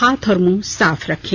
हाथ और मुंह साफ रखें